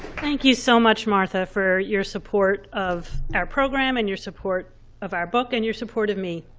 thank you so much, martha, for your support of our program, and your support of our book, and your support of me.